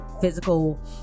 physical